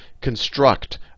construct